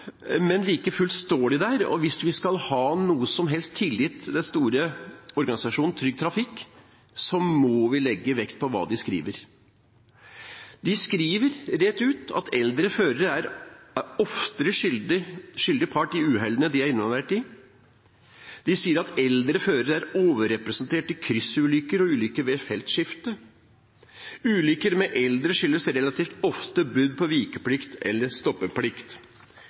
men like fullt står det der, og hvis vi skal ha noen som helst tillit til den store organisasjonen Trygg Trafikk, må vi legge vekt på hva de skriver. De skriver rett ut at eldre førere oftere er skyldig part i uhellene de er involvert i. De sier at eldre førere er overrepresentert i kryssulykker og ulykker ved feltskifte, og at ulykker med eldre relativt ofte skyldes brudd på vikeplikt eller